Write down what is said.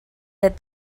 that